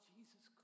Jesus